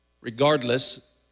Regardless